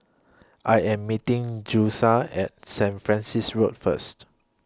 I Am meeting Julissa At Sanit Francis Road First